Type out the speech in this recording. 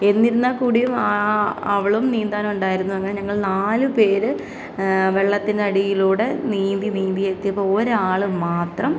എന്നിരുന്നാൽ കൂടിയും അവളും നീന്താനുണ്ടായിരുന്നു അങ്ങനെ ഞങ്ങൾ നാല് പേർ വെള്ളത്തിൻ്റെ അടിയിലൂടെ നീന്തി നീന്തി എത്തിയപ്പോൾ ഒരാൾ മാത്രം